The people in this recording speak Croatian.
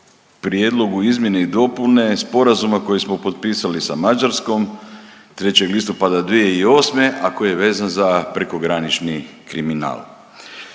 Prijedlogu izmjene i dopune sporazuma koji smo potpisali sa Mađarskom 3. listopada 2008., a koji je vezan za prekogranični kriminal.